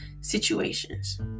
situations